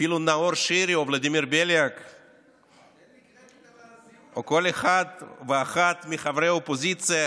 אפילו נאור שירי או ולדימיר בליאק או כל אחד ואחת מחברי האופוזיציה,